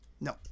No